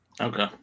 Okay